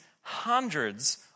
Hundreds